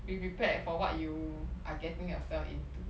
be prepared for what you are getting yourself into